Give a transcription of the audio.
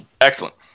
Excellent